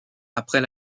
après